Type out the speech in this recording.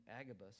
Agabus